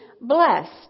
blessed